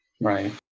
Right